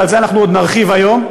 ועל זה אנחנו עוד נרחיב היום,